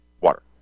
water